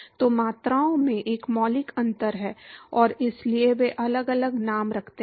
तो मात्राओं में एक मौलिक अंतर है और इसलिए वे अलग अलग नाम रखते हैं